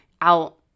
out